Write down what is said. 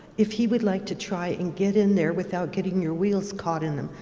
if he would like to try and get in there without getting your wheels caught in them,